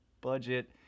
budget